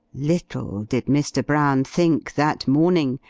little did mr. brown think, that morning,